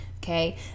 Okay